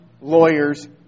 lawyers